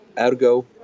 Ergo